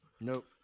Nope